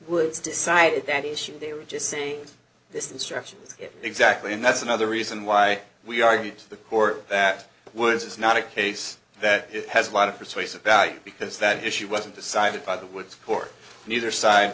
woods decided that issue they were just saying this instruction exactly and that's another reason why we argued to the court that woods is not a case that it has a lot of persuasive value because that issue wasn't decided by the woods court neither side